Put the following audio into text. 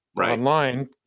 online